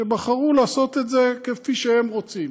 שבחרו לעשות את זה כפי שהם רוצים.